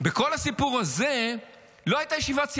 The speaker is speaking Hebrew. בכל הסיפור הזה לא הייתה ישיבת סיעה.